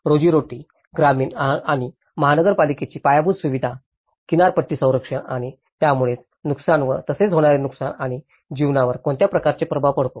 रोजीरोटी ग्रामीण आणि महानगरपालिकेची पायाभूत सुविधा किनारपट्टी संरक्षण आणि यामुळेच नुकसान व तसेच होणारे नुकसान आणि जीवनावर कोणत्या प्रकारचे प्रभाव पडतो